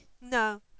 No